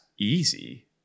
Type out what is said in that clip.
easy